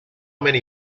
many